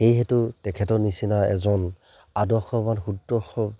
এইহেতু তেখেতৰ নিচিনা এজন আদৰ্শৱান সুদৰ্শন